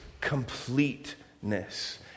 completeness